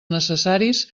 necessaris